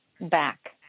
back